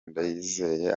ndayizeye